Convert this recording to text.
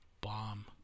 bomb